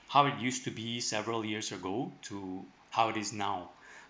how it used to be several years ago to how this now